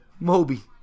Moby